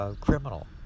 criminal